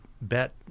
bet